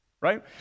right